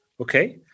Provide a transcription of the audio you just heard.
Okay